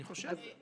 אני חושב.